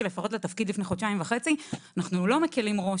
לתפקיד לפני חודשיים וחצי אנחנו לא מקלים ראש,